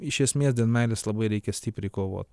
iš esmės dėl meilės labai reikia stipriai kovot